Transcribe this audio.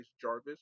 Jarvis